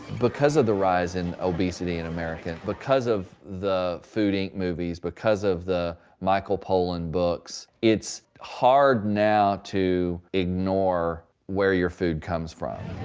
because of the rise of obesity in america, because of the food, inc. movies, because of the michael pollan books, it's hard now to ignore where your food comes from.